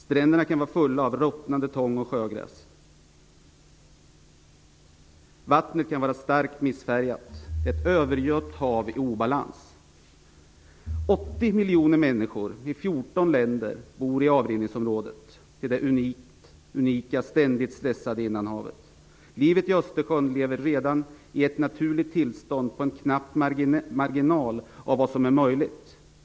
Stränderna kan vara fulla av ruttnande tång och sjögräs. Vattnet kan vara starkt missfärgat, ett övergött hav i obalans. 80 miljoner människor i 14 länder bor i tillrinningsområdet för detta unika, ständigt stressade innanhav. Östersjön lever redan i naturligt tillstånd på en knapp marginal.